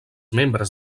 membres